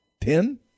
ten